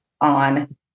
on